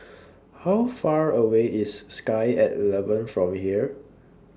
How Far away IS Sky At eleven from here